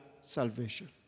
salvation